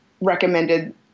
recommended